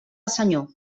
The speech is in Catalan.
senyor